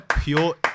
pure